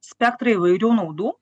spektrą įvairių naudų